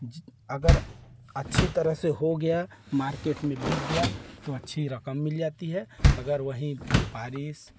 जि अगर अच्छी तरह से हो गया मार्केट में बिक गया तो अच्छी रक़म मिल जाती है अगर वहीं बारिश